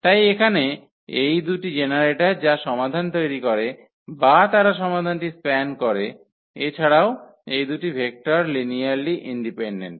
তাই এখানে এই দুটি জেনারেটর যা সমাধান তৈরি করে বা তারা সমাধানটি স্প্যান করে এছাড়াও এই দুটি ভেক্টর লিনিয়ারলি ইন্ডিপেন্ডেন্ট